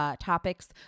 topics